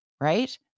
right